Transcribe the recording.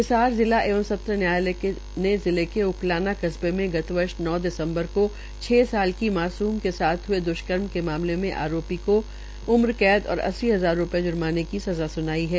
हिसार जिला एवं सत्र न्यायालय के जिले के उकालाना कस्बे में गत वर्ष नौ दिसम्बर को छह साल की मासूम के साथ द्ष्कर्म के मामले में आरोपी को बीस सात की उम्रकैद और अस्सी हजार रूपये ज्र्माने की संज़ा स्नाई है